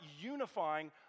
unifying